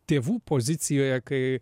tėvų pozicijoje kai